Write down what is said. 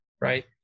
right